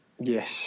yes